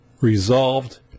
resolved